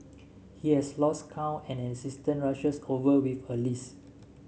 he has lost count and an assistant rushes over with a list